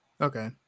Okay